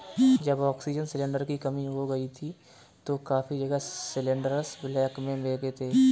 जब oxygen cylinder की कमी हो गई थी तो काफी जगह सिलेंडरस ब्लैक में बिके थे